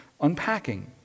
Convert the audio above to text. unpacking